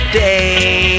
day